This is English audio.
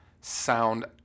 sound